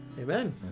Amen